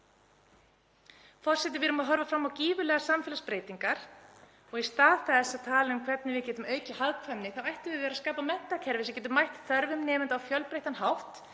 Forseti. Við erum að horfa fram á gífurlegar samfélagsbreytingar og í stað þess að tala um hvernig við getum aukið hagkvæmni ættum við að vera að skapa menntakerfi sem getur mætt þörfum nemenda á fjölbreyttan hátt